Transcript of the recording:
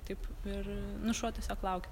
taip ir nu šuo tiesiog laukia